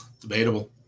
Debatable